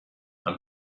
and